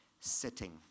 sitting